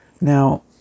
Now